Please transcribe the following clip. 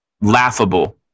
laughable